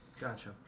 Gotcha